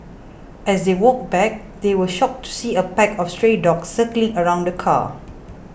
as they walked back they were shocked to see a pack of stray dogs circling around the car